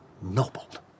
Nobbled